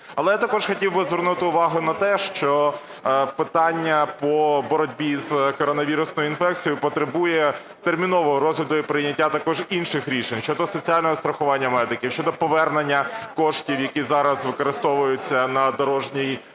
Але я також хотів би звернути увагу на те, що питання по боротьбі з коронавірусною інфекцією потребує термінового розгляду і прийняття також інших рішень щодо соціального страхування медиків, щодо повернення коштів, які зараз використовуються на дорожній